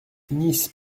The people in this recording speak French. nice